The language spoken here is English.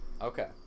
okay